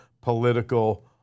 political